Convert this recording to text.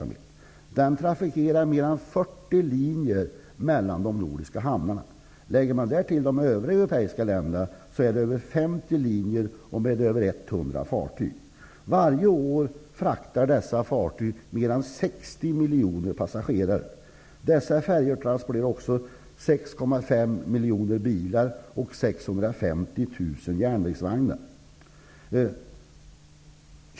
Man trafikerar mer än 40 linjer mellan de nordiska hamnarna. Lägger man därtill de övriga europeiska länderna trafikeras över 50 linjer med över 100 fartyg. Varje år fraktar dessa fartyg mer än 60 miljoner passagerare. Färjorna transporterar 6,5 miljoner bilar och 650 000 järnvägsvagnar.